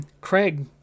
craig